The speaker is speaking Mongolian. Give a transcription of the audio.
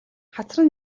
хацар